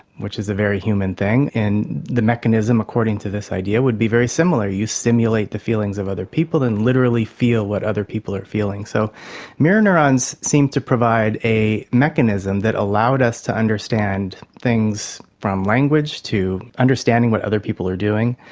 which is a very human thing, and the mechanism according to this idea would be very similar you simulate the feelings of other people and literally feel what other people are feeling. so mirror neurons seem to provide a mechanism that allowed us to understand things from language, to understanding what other people are doing,